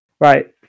Right